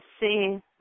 see